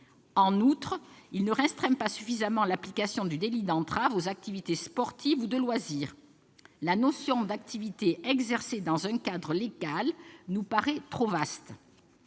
En outre, elles ne restreignent pas suffisamment l'application du délit d'entrave aux activités sportives ou de loisir. La notion d'activité « exercée dans un cadre légal » nous paraît trop vaste.